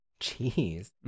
Jeez